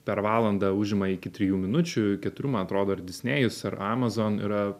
per valandą užima iki trijų minučių keturių man atrodo ir disnėjus ir amazon yra